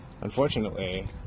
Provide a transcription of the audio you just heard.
Unfortunately